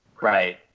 Right